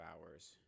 hours